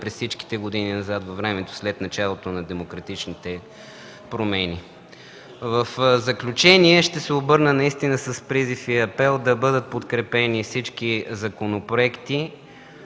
през всичките години, назад във времето след началото на демократичните промени. В заключение, ще се обърна с призив и апел да бъдат подкрепени всички законопроекти.